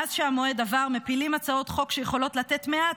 מאז שהמועד עבר מפילים הצעות חוק שיכולות לתת מעט